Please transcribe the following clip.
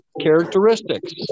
characteristics